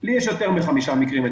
לי יש יותר מ-5 מקרים.